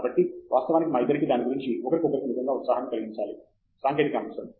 కాబట్టి వాస్తవానికి మా ఇద్దరికీ దాని గురించి ఒకరికొకరికి నిజంగా ఉత్సాహాన్ని కలిగించాలి సాంకేతిక అంశం